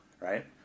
right